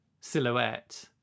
silhouette